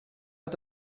hat